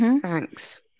Thanks